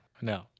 no